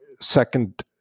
second